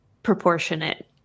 proportionate